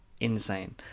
insane